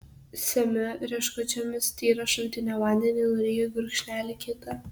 semiu rieškučiomis tyrą šaltinio vandenį nuryju gurkšnelį kitą